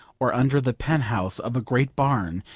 or under the penthouse of a great barn,